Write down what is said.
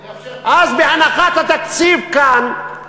יאפשר, אז בהנחת התקציב כאן,